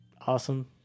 awesome